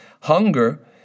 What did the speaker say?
Hunger